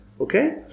okay